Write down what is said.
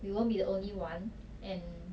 we won't be the only one and